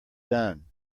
done